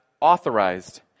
authorized